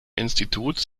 instituts